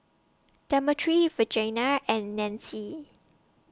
Demetri Virginia and Nancy